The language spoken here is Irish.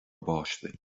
báistí